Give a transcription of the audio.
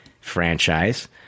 franchise